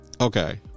Okay